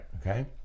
Okay